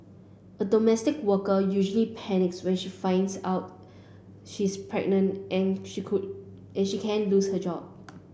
a domestic worker usually panics when she finds out she is pregnant and she could and she can lose her job